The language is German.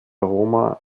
roma